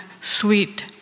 sweet